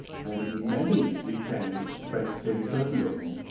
and many weekends spent in dublin.